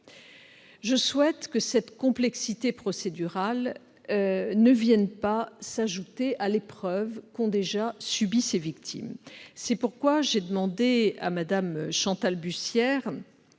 Je souhaite que cette complexité procédurale ne vienne pas s'ajouter à l'épreuve qu'ont déjà subie ces victimes. C'est pourquoi j'ai demandé à Mme Chantal Bussière